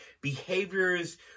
behaviors